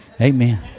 Amen